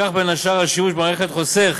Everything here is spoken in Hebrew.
כך, בין השאר השימוש במערכת חוסך